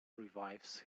revives